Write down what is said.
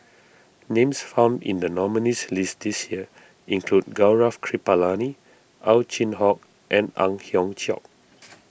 names found in the nominees' list this year include Gaurav Kripalani Ow Chin Hock and Ang Hiong Chiok